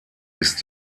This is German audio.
ist